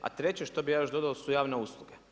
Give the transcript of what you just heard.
A treće što bih ja još dodao su javne usluge.